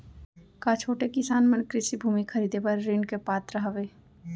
का छोटे किसान मन कृषि भूमि खरीदे बर ऋण के पात्र हवे?